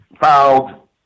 filed